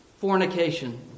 fornication